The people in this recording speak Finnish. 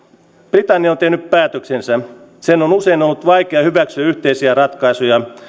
britannia on tehnyt päätöksensä sen on usein ollut vaikea hyväksyä yhteisiä ratkaisuja se